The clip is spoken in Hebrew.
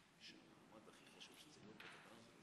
12 בדצמבר 2018. אני מתכבד לפתוח את ישיבת הכנסת.